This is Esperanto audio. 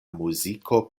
muziko